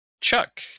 Chuck